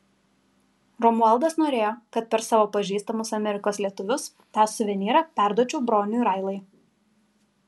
romualdas norėjo kad per savo pažįstamus amerikos lietuvius tą suvenyrą perduočiau broniui railai